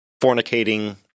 fornicating